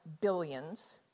billions